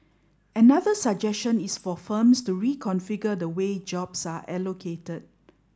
another suggestion is for firms to reconfigure the way jobs are allocated